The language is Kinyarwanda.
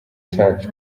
church